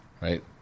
right